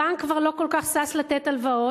הבנק כבר לא כל כך שש לתת הלוואות,